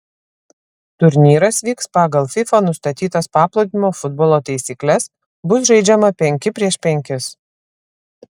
turnyras vyks pagal fifa nustatytas paplūdimio futbolo taisykles bus žaidžiama penki prieš penkis